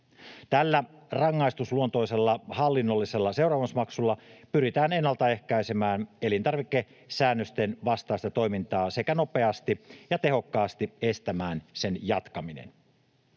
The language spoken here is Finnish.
Tällä rangaistusluontoisella hallinnollisella seuraamusmaksulla pyritään ennaltaehkäisemään elintarvikesäännösten vastaista toimintaa sekä nopeasti ja tehokkaasti estämään sen jatkaminen.